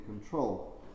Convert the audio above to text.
control